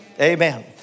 Amen